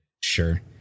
Sure